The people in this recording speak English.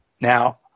Now